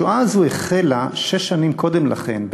השואה הזאת החלה שש שנים קודם לכן,